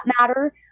matter